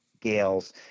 Gales